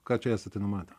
ką čia esate numatę